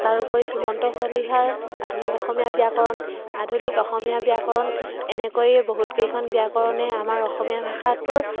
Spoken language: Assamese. তাৰোপৰি সুমন্ত চলিহাৰ আধুনিক অসমীয়া ব্যাকৰণ আধুনিক অসমীয়া ব্যাকৰণ এনেকৈয়ে বহুত কেইখন ব্যাকৰণে আমাৰ অসমীয়া ভাষাটোৰ